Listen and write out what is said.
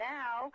now